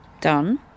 done